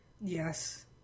yes